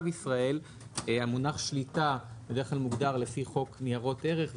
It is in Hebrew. ישראל המונח שליטה בדרך כלל מוגדר לפי חוק ניירות ערך,